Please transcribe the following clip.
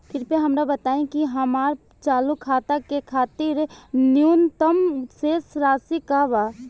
कृपया हमरा बताइ कि हमार चालू खाता के खातिर न्यूनतम शेष राशि का बा